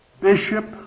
bishop